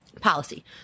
policy